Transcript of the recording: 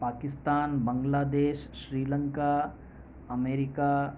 Pakistan Bangladesh Sri Lanka America